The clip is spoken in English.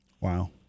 Wow